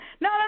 no